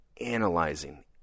analyzing